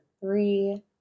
three